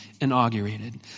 inaugurated